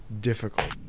difficult